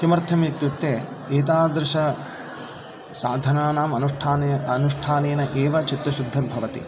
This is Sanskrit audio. किमर्थमित्युक्ते एतादृशसाधनानाम् अनुष्ठाने अनुष्ठानेन एव चित्तशुद्धिर्भवति